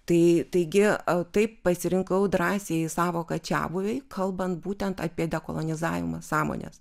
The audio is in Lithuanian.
tai taigi a taip pasirinkau drąsiąją sąvoką čiabuviai kalbant būtent apie kolonizavimą sąmonės